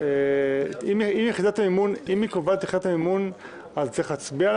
אם היא קובעת את יחידת המימון אז צריך להצביע על